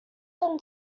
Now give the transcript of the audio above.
them